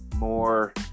more